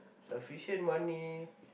sufficient money